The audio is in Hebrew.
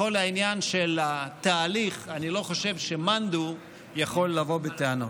בכל העניין של התהליך אני לא חושב שמאן דהוא יכול לבוא בטענות.